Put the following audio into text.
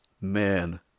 Man